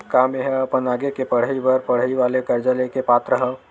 का मेंहा अपन आगे के पढई बर पढई वाले कर्जा ले के पात्र हव?